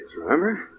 remember